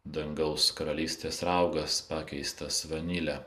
dangaus karalystės raugas pakeistas vanile